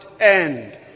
end